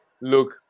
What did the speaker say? look